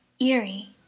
eerie